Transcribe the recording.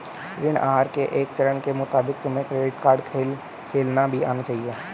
ऋण आहार के एक चरण के मुताबिक तुम्हें क्रेडिट कार्ड खेल खेलना भी आना चाहिए